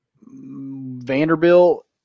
Vanderbilt